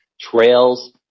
trails